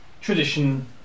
tradition